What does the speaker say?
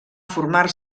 formar